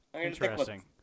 Interesting